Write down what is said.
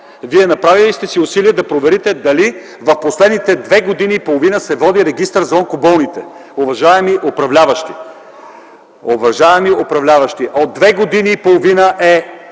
вие направили ли сте усилие да проверите дали в последните две години и половина се води регистър за онкоболните? Уважаеми управляващи, от две години и половина е